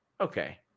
okay